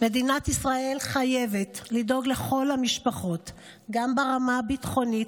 מדינת ישראל חייבת לדאוג לכל המשפחות גם ברמה הביטחונית,